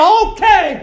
okay